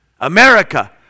America